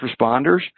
responders